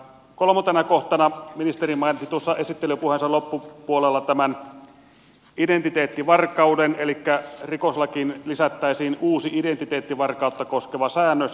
kolmantena kohtana ministeri mainitsi esittelypuheensa loppupuolella tämän identiteettivarkauden elikkä rikoslakiin lisättäisiin uusi identiteettivarkautta koskeva säännös